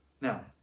Now